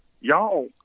y'all